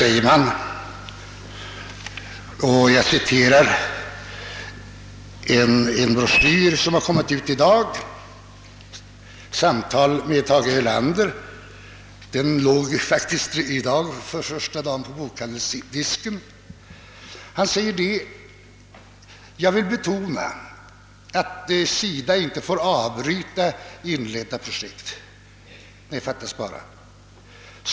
I en liten bok, »Samtal med Tage Erlander mellan två val», som i dag för första gången ligger på bokhandelsdiskarna säger statsministern: »Jag vill betona, att SIDA inte får avbryta inledda projekt.» Nej, fattas bara!